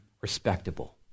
respectable